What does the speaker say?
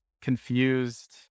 confused